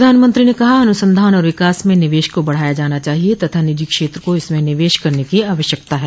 प्रधानमंत्री ने कहा अनुसंधान और विकास में निवेश को बढ़ाया जाना चाहिए तथा निजी क्षेत्र को इसमें निवेश करने की आवश्यकता है